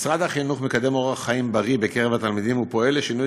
משרד החינוך מקדם אורח חיים בריא בקרב התלמידים ופועל לשינוי